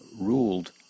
ruled